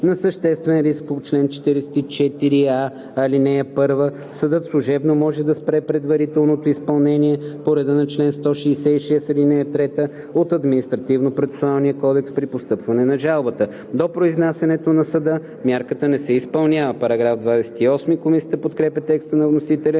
на съществен риск по чл. 44а, ал. 1, съдът служебно може да спре предварителното изпълнение по реда на чл. 166, ал. 3 от Административнопроцесуалния кодекс при постъпване на жалбата. До произнасянето на съда мярката не се изпълнява.“ Комисията подкрепя текста на вносителя